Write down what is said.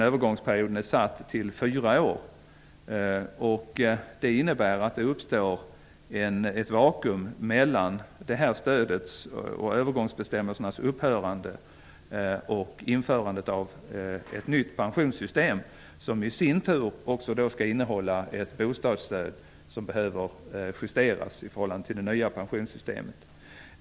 Övergångsperioden är satt till fyra år, och det innebär att det uppstår ett vakuum mellan övergångsbestämmelsernas upphörande och införandet av ett nytt pensionssystem, som i sin tur skall innehålla ett bostadsstöd, vilket behöver justeras i förhållande till det nya pensionssystemet.